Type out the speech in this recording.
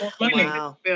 Wow